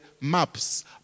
maps